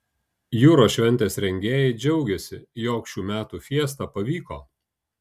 jūros šventės rengėjai džiaugiasi jog šių metų fiesta pavyko